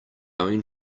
going